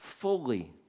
fully